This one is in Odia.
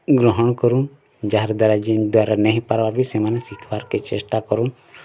ଗ୍ରହଣ କରୁ ଯାହାର୍ ଦ୍ଵାରା ଜିନ୍ ଦ୍ଵାରା ନେଇ ହେଇ ପାରବା ବି ସେମାନେ ଶିଖବାର୍ କେ ଚେଷ୍ଟା କରୁନ୍